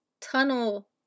tunnel